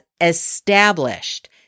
established